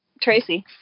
Tracy